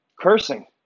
Cursing